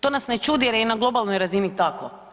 To nas ne čudi jer je i na globalnoj razini tako.